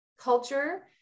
culture